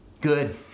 Good